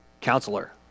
counselor